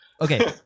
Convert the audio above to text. Okay